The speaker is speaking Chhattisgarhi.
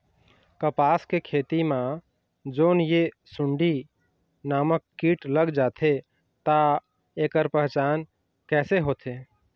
कपास के खेती मा जोन ये सुंडी नामक कीट लग जाथे ता ऐकर पहचान कैसे होथे?